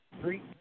three